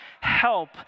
help